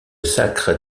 sacre